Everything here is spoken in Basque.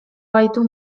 gaitu